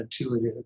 intuitive